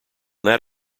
that